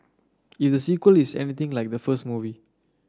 if the sequel is anything like the first movie